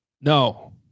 No